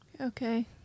Okay